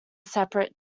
separate